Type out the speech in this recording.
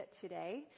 today